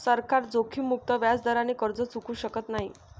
सरकार जोखीममुक्त व्याजदराने कर्ज चुकवू शकत नाही